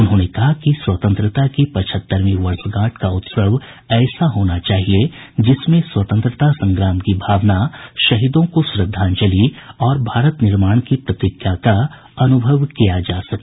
उन्होंने कहा है कि स्वतंत्रता की पचहत्तरवीं वर्षगांठ का उत्सव ऐसा होना चाहिए जिसमें स्वतंत्रता संग्राम की भावना शहीदों को श्रद्धांजलि और भारत निर्माण की प्रतिज्ञा का अनुभव किया जा सके